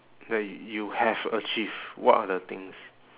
that you have achieved what are the things